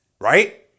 right